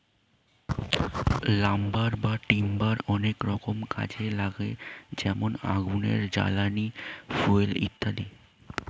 lumber বা timber অনেক রকমের কাজে লাগে যেমন আগুনের জ্বালানি, ফুয়েল ইত্যাদি